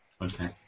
Okay